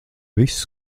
viss